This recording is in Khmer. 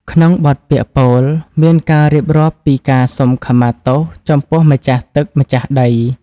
ក្នុងបទពាក្យពោល មានការរៀបរាប់ពីការសុំខមាទោសចំពោះម្ចាស់ទឹកម្ចាស់ដី។